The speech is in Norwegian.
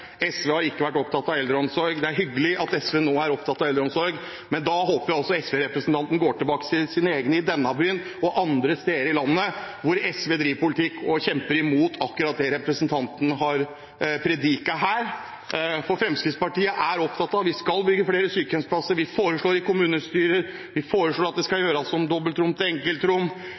SV har ikke vært opptatt av eldreomsorg. Det er hyggelig at SV nå er opptatt av eldreomsorg, men da håper jeg at SV-representanten også går tilbake til sine egne i denne byen og andre steder i landet hvor SV driver politikk og kjemper imot akkurat det representanten har prediket her. Fremskrittspartiet er opptatt av at vi skal bygge flere sykehjemsplasser. Vi foreslår i kommunestyrer at dobbeltrom skal gjøres om til enkeltrom,